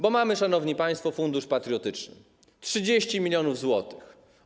Bo mamy, szanowni państwo, Fundusz Patriotyczny - 30 mln zł.